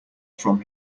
from